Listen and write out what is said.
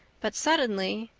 but suddenly,